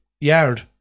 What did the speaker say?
yard